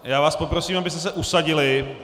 Já vás poprosím, abyste se usadili.